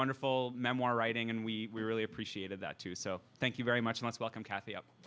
wonderful memoir writing and we really appreciated that too so thank you very much let's welcome kathy up